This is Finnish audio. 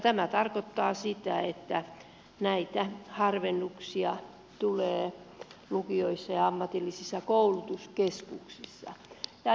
tämä tarkoittaa sitä että näitä harvennuksia tulee lukioissa ja ammatillisissa koulutuskeskuksissa